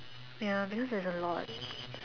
ya because there's a lot